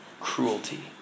Cruelty